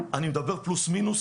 אני מדבר פלוס-מינוס,